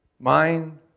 Mind